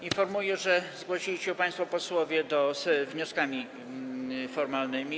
Informuję, że zgłosili się państwo posłowie z wnioskami formalnymi.